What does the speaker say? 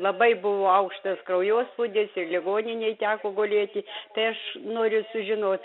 labai buvo aukštas kraujospūdis ir ligoninėj teko gulėti tai aš noriu sužinot